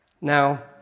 Now